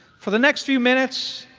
for the next few minutes,